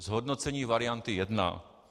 Zhodnocení varianty 1.